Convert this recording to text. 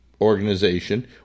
organization